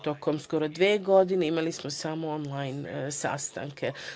Tokom skoro dve godine imali smo samo onlajn sastanke.